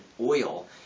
oil